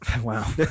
Wow